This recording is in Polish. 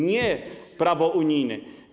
nie prawo unijne.